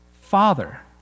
father